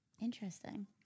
Interesting